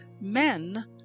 men